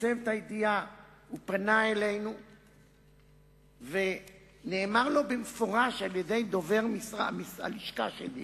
פרסם את הידיעה הוא פנה אלינו ואמר לו במפורש דובר הלשכה שלי